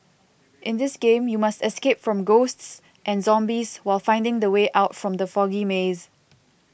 in this game you must escape from ghosts and zombies while finding the way out from the foggy maze